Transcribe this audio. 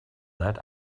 that